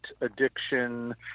addiction